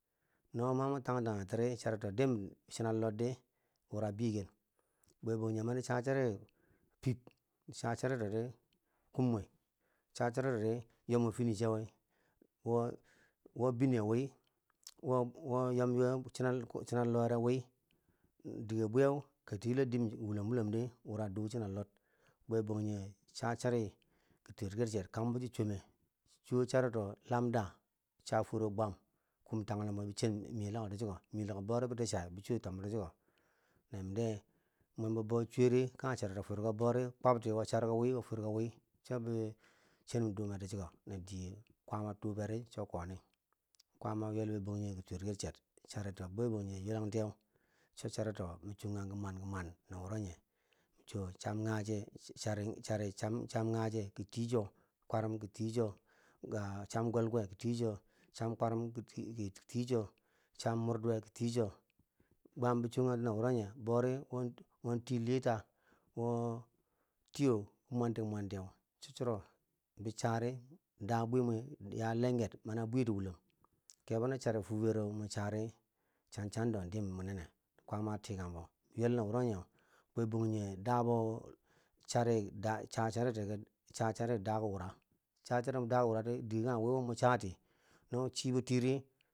No ma mo tang tang charito tiri charito idm chinan lor di wari biyeken, bwebangjinghe mani cha chari fif, cha charitori kum wi, cha charitori yom wo fini che wi wo wo biniyoche wi wo yowe chinan lor wi dige bwi kati dim wolem wolem di wura dou chinan lor, bwebangjinghe cha chari ki turkecher kambo cho chome cho charito lamda lamda cha furo bwam kum tang nin bo bi chen melako chi ko melako bau ri biki chai bi cho tom bo ti chiko na nim de mwambo bon suiwe ri kage chari furko bau ri bo kwabti charito charko wi la bi chen dumeh ti chiko na tee kwama cho bori cho koni kwama yuel bo banjige bwe ki tur ki che cho chari to wo min chonga gi ki bwan ki bwan na wuro ye chari cham yah ze ki tii cho kwa rim ki tii zo ga cham golgol ki tii cho cham kwarim ki tii cho cham mrduwe ki tii cho kwarim bi chonganti na wuroye bo ri won won tii lita wo tii tini ki mwanti mwanti ye cho cho ro bi chari da bumo ya lenger mana bwiye ti wulom kebo na chari fube ro mun chari chan chan do wo dim munenew kwama a tika bo biywel nwa wuroye bwe banjige da bo cha ri da cha chari daki wura cha chari mun da ki wura ri didikage wi mo cha ti no chibo tiri.